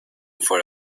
for